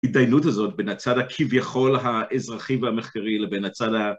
התדיינות הזאת בין הצד הכביכול האזרחי והמחקרי לבין הצד ה...